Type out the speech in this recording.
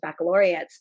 baccalaureates